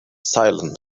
silent